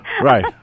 Right